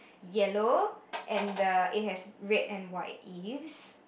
yellow and the it has red and white leaves